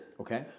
Okay